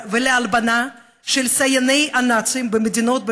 ולהלבנה של סייעני הנאצים במדינות,